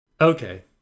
okay